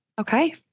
Okay